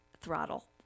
Throttle